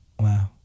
Wow